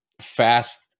fast